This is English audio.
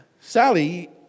Sally